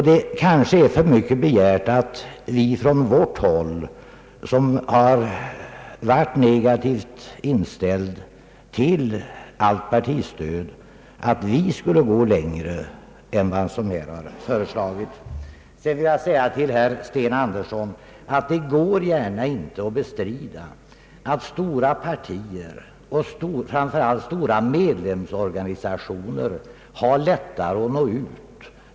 Det kanske är för mycket begärt att vi från vårt håll, som varit negativt inställda till allt partistöd, skulle gå längre än som här föreslagits. Till herr Sten Andersson vill jag säga att man inte gärna kan bestrida att stora partier — och framför allt organisationer med stort medlemsantal — har lättare att nå ut med sin information.